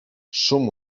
szum